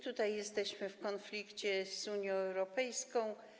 Tutaj jesteśmy w konflikcie z Unią Europejską.